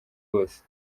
wose